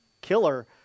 killer